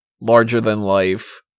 larger-than-life